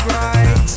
right